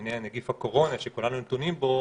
בענייני נגיף הקורונה שכולנו נתונים בו